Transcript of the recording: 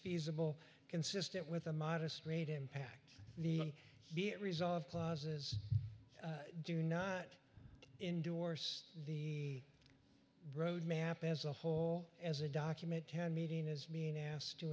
feasible consistent with a modest rate impact the be it resolved clauses do not endorse the road map as a whole as a document town meeting is being asked to